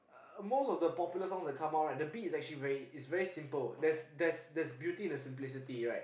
uh most of the popular songs that come out right the beat is actually very it's very simple there's there's there's beauty in the simplicity right